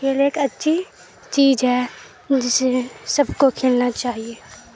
کھیل ایک اچھی چیز ہے جسے سب کو کھیلنا چاہیے